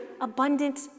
abundant